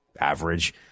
average